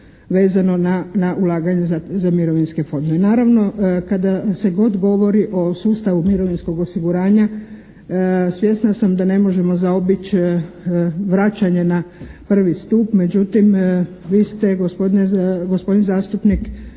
vezano na ulaganje za mirovinske fondove. Naravno, kada se god govori o sustavu mirovinskog osiguranja svjesna sam da ne možemo zaobići vračanje na prvi stup međutim, vi ste gospodin zastupnik,